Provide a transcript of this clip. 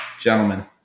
Gentlemen